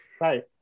Right